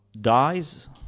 dies